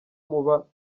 muba